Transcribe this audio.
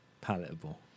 palatable